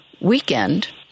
weekend